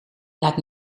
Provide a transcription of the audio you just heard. laat